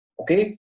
okay